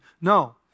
No